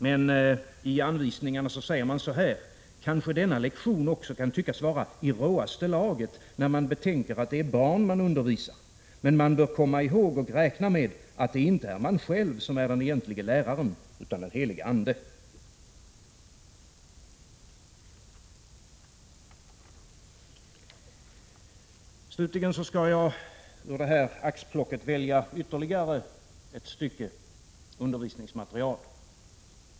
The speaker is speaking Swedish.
Men i anvisningarna säger man: ”-—- Kanske denna lektion också kan tyckas vara ”i råaste laget” när man betänker att det är barn man undervisar, men man bör komma ihåg och räkna med att det inte är man själv som är den egentlige läraren, utan Den Helige Ande.” Slutligen skall jag ur detta axplock välja ytterligare ett stycke undervisningsmaterial.